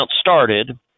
started